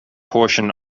portion